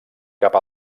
cap